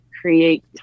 create